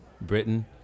Britain